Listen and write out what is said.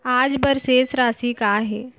आज बर शेष राशि का हे?